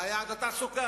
מה יעד התעסוקה,